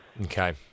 Okay